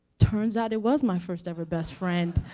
turns out, it was my first ever best friend,